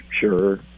sure